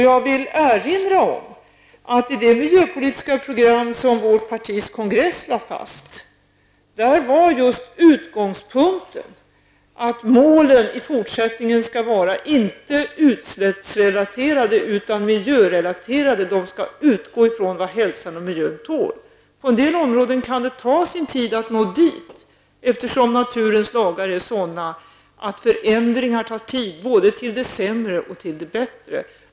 Jag vill erinra om att i det miljöpolitiska program som socialdemokratiska partiets kongress fastslog, var utgångspunkten just att målen i fortsättningen inte skall vara utsläppsrelaterade, utan miljörelaterade. De skall utgå från vad hälsan och miljön tål. På en del områden kan det ta sin tid att nå dit, eftersom naturens lagar är sådana att förändringar både till det sämre och till det bättre tar tid.